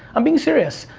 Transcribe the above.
i'm being serious.